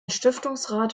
stiftungsrat